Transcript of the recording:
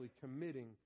committing